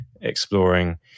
exploring